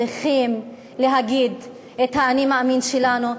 צריכים להגיד את ה"אני מאמין" שלנו,